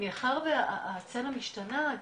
מאחר והסצנה משתנה,